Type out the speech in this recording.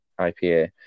IPA